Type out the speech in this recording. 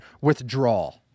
withdrawal